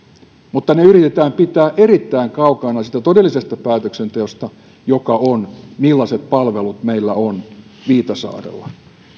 mutta ne yritetään pitää erittäin kaukana todellisesta päätöksenteosta joka on sitä millaiset palvelut meillä on viitasaarella